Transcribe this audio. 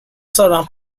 seorang